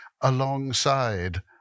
alongside